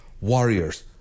warriors